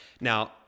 Now